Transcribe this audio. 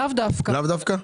לאו דווקא.